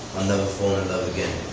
i'll never fall in love again.